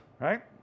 right